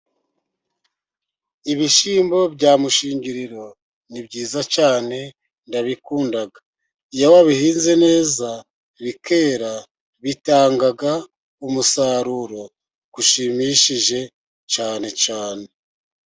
Ibishyimbo bya Mushingiriro ni byiza cyane ndabikunda. Iyo wabihinze neza bikera bitanga umusaruro ushimishije cyane cyane.